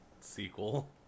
sequel